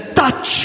touch